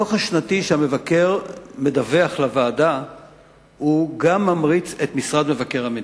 הדוח השנתי שהמבקר מדווח עליו לוועדה גם ממריץ את משרד מבקר המדינה.